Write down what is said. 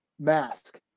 mask